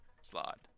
slot